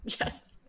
Yes